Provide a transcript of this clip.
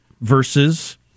versus